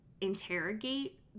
interrogate